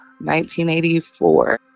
1984